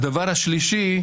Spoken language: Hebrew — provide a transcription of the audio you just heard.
הדבר השלישי,